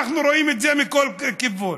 אנחנו רואים את זה מכל כיוון: